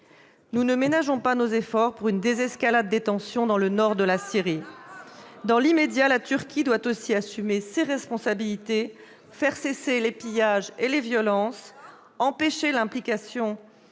Nous ne ménageons pas nos efforts pour une désescalade des tensions dans le nord de la Syrie. La preuve ! Dans l'immédiat, la Turquie doit aussi assumer ses responsabilités, faire cesser les pillages et les violences, ... Et